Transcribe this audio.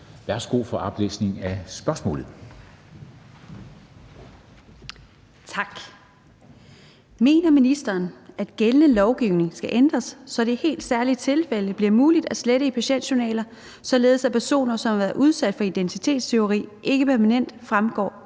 Honoré Østergaard (V): Tak. Mener ministeren, at gældende lovgivning skal ændres, så det i helt særlige tilfælde bliver muligt at slette i patientjournaler, således at personer, som har været udsat for identitetstyveri, ikke permanent fremgår